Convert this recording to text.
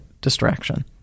distraction